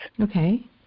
Okay